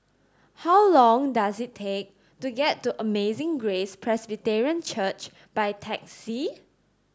how long does it take to get to Amazing Grace Presbyterian Church by taxi